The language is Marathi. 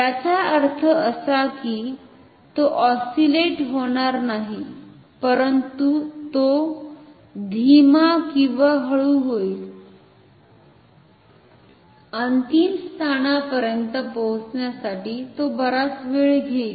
याचा अर्थ असा की तो ऑस्सिलेट होणार नाही परंतु तो धीमाहळु होईल अंतिम स्थानावर पोहोचण्यासाठी तो बराच वेळ घेईल